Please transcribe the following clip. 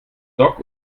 dock